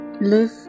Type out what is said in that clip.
live